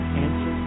answer